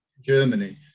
Germany